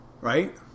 Right